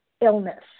illness